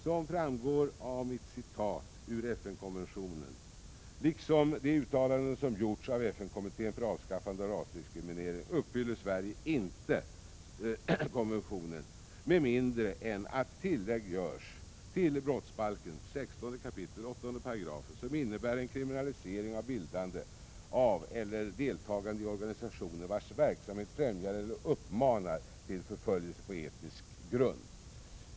Som framgår av mitt citat ur FN-konventionen, liksom de uttalanden som gjorts av FN-kommittén för avskaffande av rasdiskriminering, uppfyller inte Sverige konventionen med mindre än att ett tillägg görs till brottsbalken 16 kap. 8 § som innebär en kriminalisering av bildande av eller deltagande i organisationer vilkas verksamhet främjar eller uppmanar till förföljelse på etnisk grund.